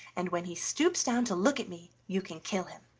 and when he stoops down to look at me you can kill him.